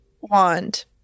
wand